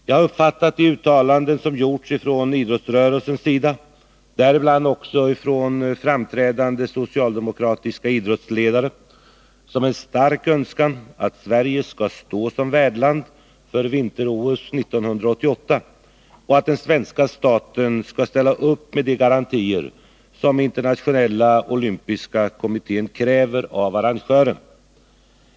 Jag har uppfattat de uttalanden som gjorts från idrottsrörelsens sida — däribland också av framträdande socialdemokratiska idrottsledare — som en stark önskan att Sverige skall stå som värdland för vinter-OS 1988 och att den svenska staten skall ställa upp med de garantier som Internationella olympiska kommittén kräver av arrangörerna.